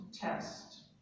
test